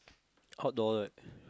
outdoor like